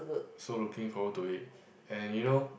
so looking forward to it and you know